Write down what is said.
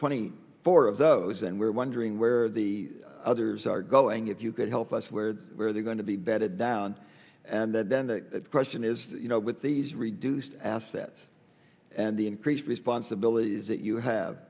twenty four of those and we're wondering where the others are going if you could help us where we're going to be bedded down and then the question is you know with these reduced assets and the increased responsibilities that you have